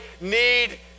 need